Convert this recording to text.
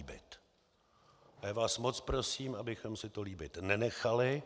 A já vás moc prosím, abychom si to líbit nenechali.